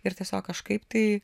ir tiesiog kažkaip tai